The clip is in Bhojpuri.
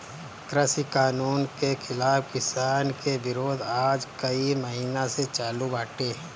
कृषि कानून के खिलाफ़ किसान के विरोध आज कई महिना से चालू बाटे